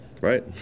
right